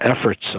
efforts